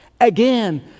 again